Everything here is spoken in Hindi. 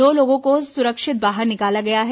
दो लोगों को सुरक्षित बाहर निकाला गया है